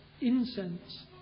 incense